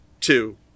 two